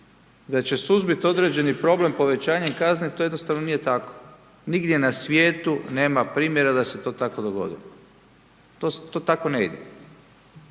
da će suzbiti određeni problem povećanjem kazne, to jednostavno nije tako. Nigdje na svijetu nema primjera da se to tako dogodilo. To tako ne ide.